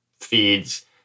feeds